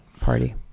Party